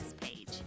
page